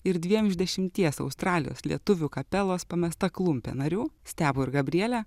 ir dviem iš dešimties australijos lietuvių kapelos pamesta klumpė narių stepu ir gabriele